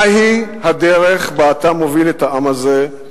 מהי הדרך שבה אתה מוביל את העם הזה,